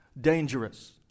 dangerous